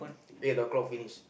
eight o'clock finish